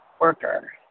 worker